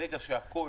ברגע שהכול